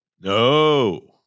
No